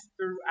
throughout